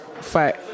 fight